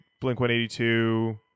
Blink-182